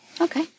Okay